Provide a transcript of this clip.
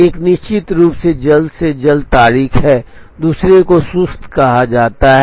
एक निश्चित रूप से जल्द से जल्द तारीख है दूसरे को सुस्त कहा जाता है